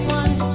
one